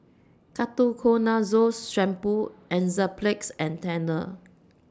Ketoconazole Shampoo Enzyplex and Tena